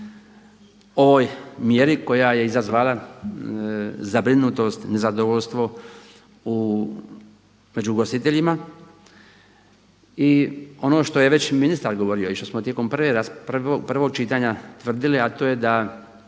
ovoj mjeri koja je izazvala zabrinutost, nezadovoljstvo među ugostiteljima. I ono što je već ministar govorio i što smo tijekom prvog čitanja tvrdili, a to je da